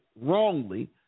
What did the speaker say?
wrongly